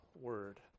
word